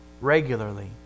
Regularly